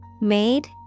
Made